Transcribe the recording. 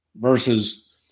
versus